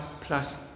plus